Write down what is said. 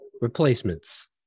Replacements